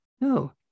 No